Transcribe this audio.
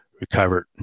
recovered